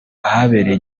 ahabereye